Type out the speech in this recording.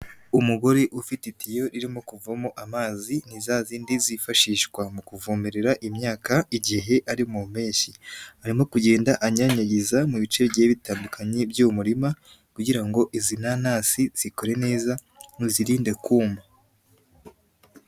Umugore ufite itiyo ririmo kuvamo amazi ni za zindi zifashishwa muvomerera imyaka igihe ari mu mpeshyi, arimo kugenda anyanyagiza mu bice bigiye bitandukanye by'uwo murima kugira ngo izi nanasi zikore neza bizirinde kuma.